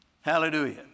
Hallelujah